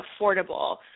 affordable